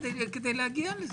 כדי להגיע לזה.